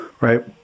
right